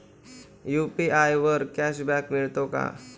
UPI वर cashback मिळतो का?